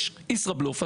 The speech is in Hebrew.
יש ישראבלוף.